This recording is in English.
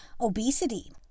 Obesity